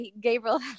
Gabriel